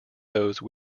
those